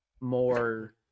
more